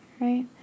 Right